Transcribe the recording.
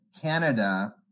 Canada